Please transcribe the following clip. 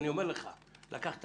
לקחת